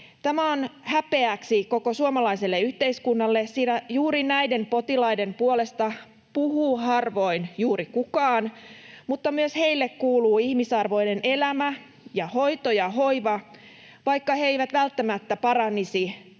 Tämä on häpeäksi koko suomalaiselle yhteiskunnalle, sillä juuri näiden potilaiden puolesta puhuu harvoin juuri kukaan, mutta myös heille kuuluu ihmisarvoinen elämä ja hoito ja hoiva, vaikka he eivät välttämättä paranisi